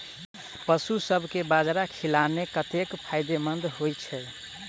पशुसभ केँ बाजरा खिलानै कतेक फायदेमंद होइ छै?